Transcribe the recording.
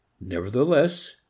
Nevertheless